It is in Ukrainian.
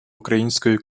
української